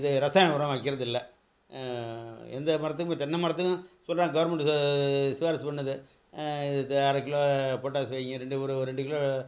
இது ரசாயன உரம் வைக்கிறதில்லை எந்த மரத்துக்குமே தென்னை மரத்துக்கும் சொல்கிறாங்க கவர்மெண்ட்டு ச சிபாரிசு பண்ணுது இது அரை கிலோ பொட்டாசு வைங்க ரெண்டு ஒரு ஒரு ரெண்டு கிலோ